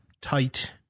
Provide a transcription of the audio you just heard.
tight